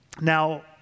Now